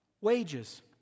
Wages